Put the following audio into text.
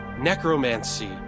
necromancy